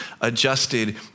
adjusted